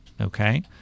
okay